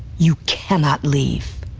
you cannot leave.